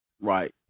Right